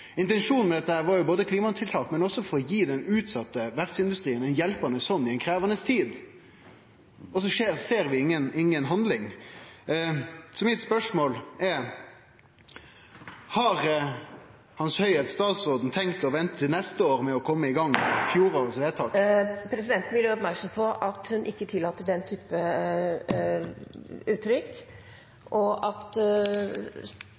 Intensjonen med dette var klimatiltak, men også for å gi den utsette verftsindustrien ei hjelpande hand i ei krevjande tid. Og så ser vi ingen handling. Spørsmålet mitt er: Har Hans høyhet statsråden tenkt å vente til neste år med å kome i gang med fjorårets vedtak? Presidenten vil gjøre oppmerksom på at hun ikke tillater den type